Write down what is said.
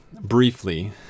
briefly